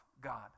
God